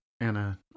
Anna